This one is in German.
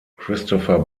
christopher